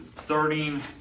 starting